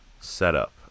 setup